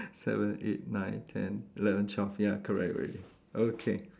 seven eight nine ten eleven twelve ya correct already okay